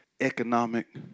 economic